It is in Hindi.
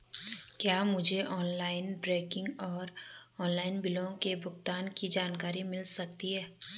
क्या मुझे ऑनलाइन बैंकिंग और ऑनलाइन बिलों के भुगतान की जानकारी मिल सकता है?